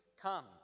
come